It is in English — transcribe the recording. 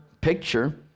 picture